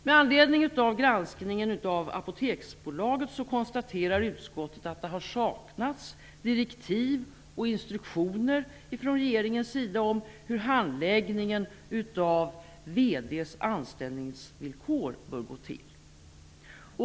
Med anledning av granskningen av Apoteksbolaget konstaterar utskottet att det har saknats direktiv och instruktioner från regeringens sida om hur handläggningen av VD:s anställningsvillkor bör gå till.